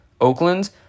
Oakland